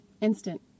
instant